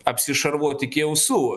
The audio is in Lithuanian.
apsišarvuot iki ausų